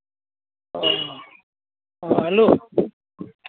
ᱚ ᱦᱮᱞᱳ